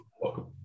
Welcome